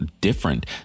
different